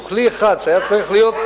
וכלי אחד שהיה צריך להיות,